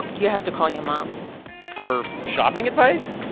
you have to call your mom for shopping advice?